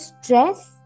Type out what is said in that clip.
stress